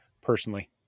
personally